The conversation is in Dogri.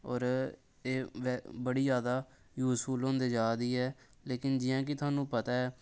होर ऐ बड़ी जैदा यूजफुल होंदी जाऽ दी ऐ लेकिन जियां केह् थुहानू पता ऐ